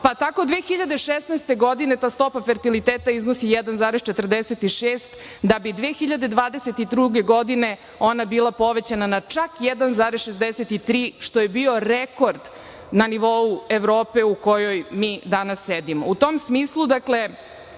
Pa, tako 2016. godine ta stopa fertiliteta iznosi 1,46 da bi 2022. godine ona bila povećana na čak 1,63 što je bio rekord na nivou Evrope u kojoj mi danas sedimo.U